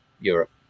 europe